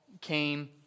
came